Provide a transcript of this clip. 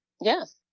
yes